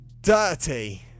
Dirty